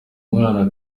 mwana